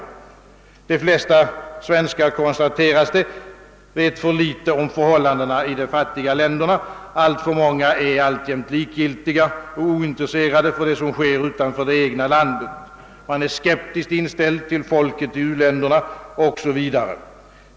De flesta svenskar, konstateras det, vet för litet om förhållandena i de fattiga länderna. Alltför många är alltjämt likgiltiga och ointresserade av det som sker utanför det egna landet. Man är skeptiskt inställd till folket i u-länderna 0. s. v.